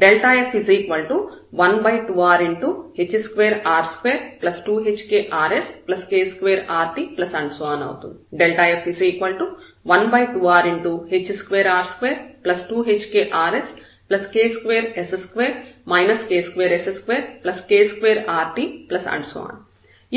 f12rh2r22hkrsk2rt f12rh2r22hkrsk2s2 k2s2k2rt